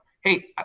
hey